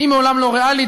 היא מעולם לא הייתה ריאלית,